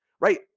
right